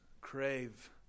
crave